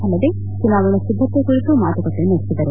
ಅಲ್ಲದೇ ಚುನಾವಣೆ ಸಿದ್ಗತೆ ಕುರಿತು ಮಾತುಕತೆ ನಡೆಸಿದರು